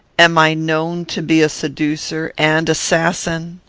am i known to be a seducer and assassin?